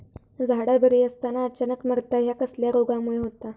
झाडा बरी असताना अचानक मरता हया कसल्या रोगामुळे होता?